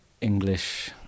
English